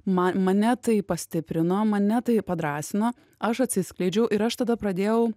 ma mane tai pastiprino mane tai padrąsino aš atsiskleidžiau ir aš tada pradėjau